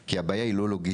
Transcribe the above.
כי הבעיה היא לא לוגיסטית.